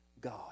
God